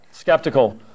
skeptical